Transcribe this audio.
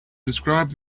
describe